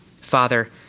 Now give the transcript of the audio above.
Father